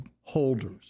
holders